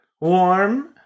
warm